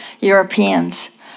Europeans